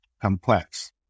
complex